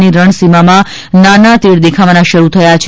ની રણ સીમામાં નાના તીડ દેખાવાના શરૂ થયા છે